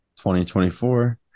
2024